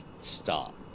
stop